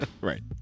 Right